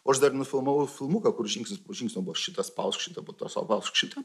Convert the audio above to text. o aš dar nufilmavau filmuką kur žingsnis po žingsnio buvo šitą spausk šitą po to sau spausk šitą